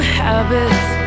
habits